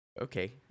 Okay